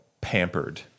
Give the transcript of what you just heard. pampered